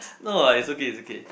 no lah it's okay it's okay